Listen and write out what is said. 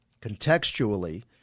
Contextually